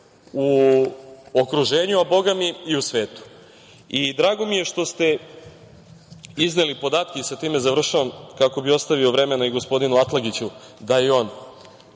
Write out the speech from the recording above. u okruženju, a bogami i u svetu. Drago mi je što ste izneli podatke, sa time završavam kako bi ostavio vremena i gospodinu Atlagiću da i on